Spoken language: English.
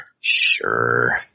Sure